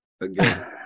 again